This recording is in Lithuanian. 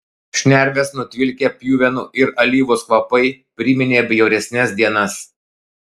šnerves nutvilkę pjuvenų ir alyvos kvapai priminė bjauresnes dienas